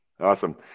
Awesome